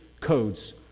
codes